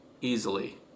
easily